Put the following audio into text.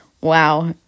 wow